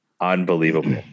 unbelievable